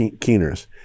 keeners